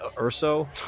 Urso